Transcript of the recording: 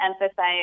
emphasize